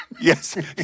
yes